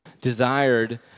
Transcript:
desired